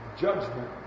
judgment